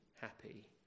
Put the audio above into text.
happy